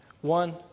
one